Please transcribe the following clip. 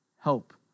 help